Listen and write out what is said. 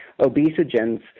obesogens